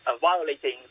violating